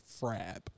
FRAB